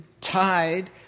tied